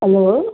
hello